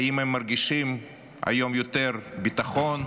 האם הם מרגישים היום יותר ביטחון?